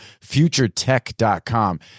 FutureTech.com